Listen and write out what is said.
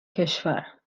کشور